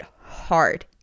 hard